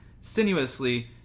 sinuously